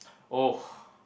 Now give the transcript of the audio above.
oh